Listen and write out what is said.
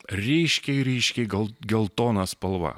ryškiai ryškiai gal geltona spalva